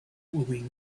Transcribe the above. will